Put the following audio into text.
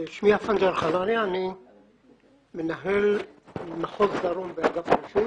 חנניה אפנג'ר, אני מנהל מחוז דרום באגף הרישוי